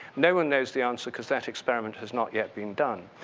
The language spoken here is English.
no one knows the answer because that experiment has not yet been done.